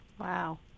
Wow